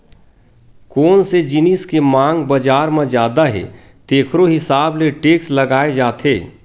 कोन से जिनिस के मांग बजार म जादा हे तेखरो हिसाब ले टेक्स लगाए जाथे